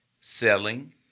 selling